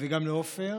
וגם לעפר.